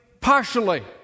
partially